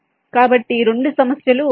కాబట్టి ఈ 2 సమస్యలు ఒకటే